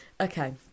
Okay